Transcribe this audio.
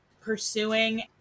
pursuing